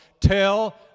tell